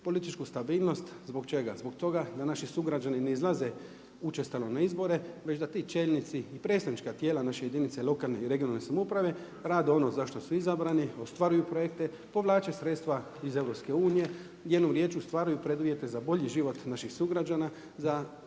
političku stabilnost zbog čega? Zbog toga da naši sugrađani ne izlaze učestalo na izbore, već da ti čelnici i predstavnička tijela, naše jedinice lokalne i regionalne samouprave, rade ono za što su izbrani, ostvaruju projekte, povlače sredstva iz EU-a, jednom riječju ostvaruju preduvjete za bolji život naših sugrađana